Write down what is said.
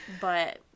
But-